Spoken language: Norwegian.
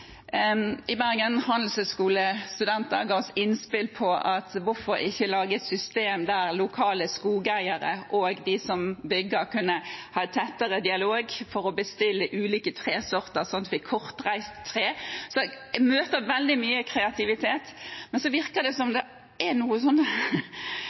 I Bergen ga handelshøyskolestudenter oss innspill: Hvorfor ikke lage et system der lokale skogeiere og de som bygger, kunne ha tettere dialog for å bestille ulike tresorter, sånn at vi fikk kortreist tre. Jeg møter veldig mye kreativitet, men det virker som om det er akkurat som